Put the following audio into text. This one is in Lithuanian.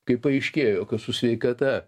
kaip paaiškėjo kad su sveikata